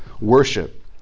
worship